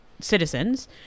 citizens